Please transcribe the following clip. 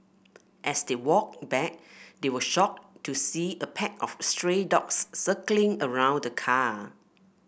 as they walked back they were shocked to see a pack of stray dogs circling around the car